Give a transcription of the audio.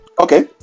Okay